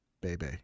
baby